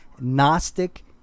Gnostic